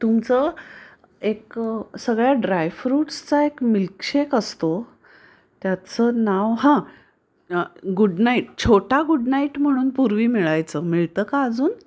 तुमचं एक सगळ्या ड्रायफ्रूट्सचा एक मिल्कशेक असतो त्याचं नाव हां गुड नाईट छोटा गुड नाईट म्हणून पूर्वी मिळायचं मिळतं का अजून